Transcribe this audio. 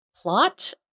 plot